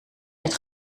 werd